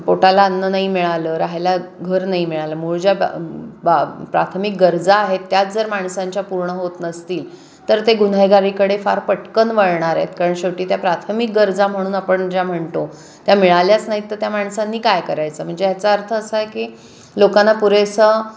पोटाला अन्न नाही मिळालं राहायला घर नाही मिळालं मूळ ज्या बा प्राथमिक गरजा आहेत त्याच जर माणसांच्या पूर्ण होत नसतील तर ते गुन्हेगारीकडे फार पटकन वळणार आहेत कारण शेवटी त्या प्राथमिक गरजा म्हणून आपण ज्या म्हणतो त्या मिळाल्याच नाहीत तर त्या माणसांनी काय करायचं म्हणजे ह्याचा अर्थ असा आहे की लोकांना पुरेसं